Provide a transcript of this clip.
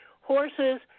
horses